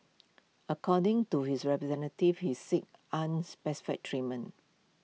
according to his representatives he is seek unspecified treatment